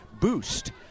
boost